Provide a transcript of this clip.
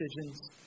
decisions